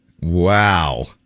Wow